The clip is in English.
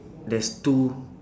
there's two